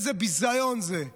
איזה ביזיון זה.